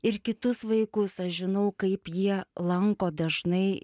ir kitus vaikus aš žinau kaip jie lanko dažnai